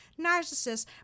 Narcissists